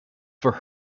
for